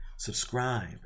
Subscribe